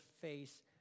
face